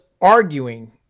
arguing